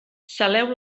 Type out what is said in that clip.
saleu